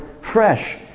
fresh